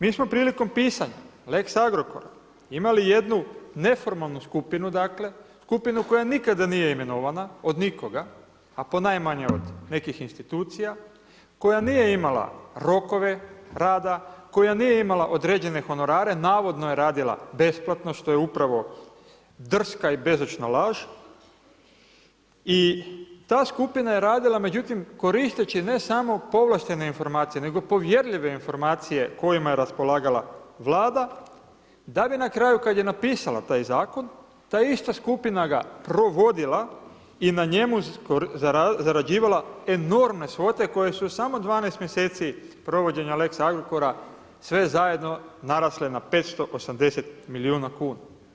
Mi smo prilikom pisanja lex Agrokora, imali jednu neformalnu skupinu, dakle, skupinu koja nikada nije imenovana, od nikoga, a ponajmanje od nekih institucija, koja nije imala rokove rada, koja nije imala određene honorare, navodno je radila besplatno, što je upravo drska i bezočna laž i ta skupina je radila, međutim, koristeći ne samo povlaštene informacije, nego povjerljive informacije, kojima je raspolagala Vlada, da bi na kraju, kada je napisala taj zakon, ta ista skupina ga provodila i na njemu zarađivala enormne svote, koje su samo 12 mj. provođenja lex Agrokora, sve zajedno narasle na 580 milijuna kuna.